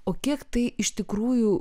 o kiek tai iš tikrųjų